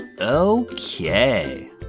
Okay